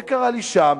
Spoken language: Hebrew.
זה קרה לי שם,